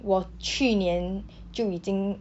我去年就已经